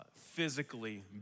physically